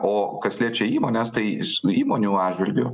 o kas liečia įmones tai su įmonių atžvilgiu